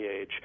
age